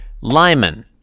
Lyman